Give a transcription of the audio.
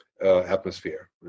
atmosphere